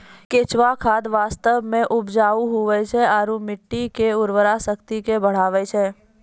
केंचुआ खाद वास्तव मे उपजाऊ हुवै छै आरू मट्टी के उर्वरा शक्ति के बढ़बै छै